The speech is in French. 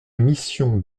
mission